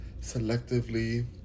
Selectively